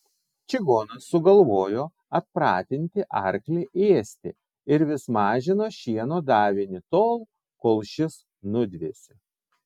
čigonas sugalvojo atpratinti arklį ėsti ir vis mažino šieno davinį tol kol šis nudvėsė